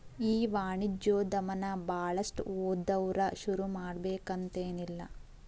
ಈ ವಾಣಿಜ್ಯೊದಮನ ಭಾಳಷ್ಟ್ ಓದ್ದವ್ರ ಶುರುಮಾಡ್ಬೆಕಂತೆನಿಲ್ಲಾ